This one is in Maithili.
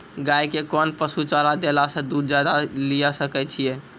गाय के कोंन पसुचारा देला से दूध ज्यादा लिये सकय छियै?